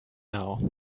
now